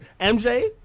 MJ